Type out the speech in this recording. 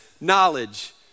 knowledge